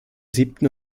siebten